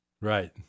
Right